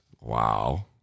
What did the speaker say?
Wow